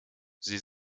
sie